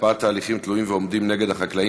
הקפאת הליכים תלויים ועומדים נגד חקלאים